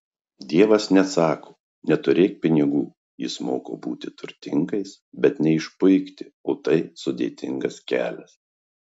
dievas nesako neturėk pinigų jis moko būti turtingais bet neišpuikti o tai sudėtingas kelias